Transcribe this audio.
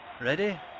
Ready